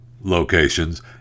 locations